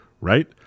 Right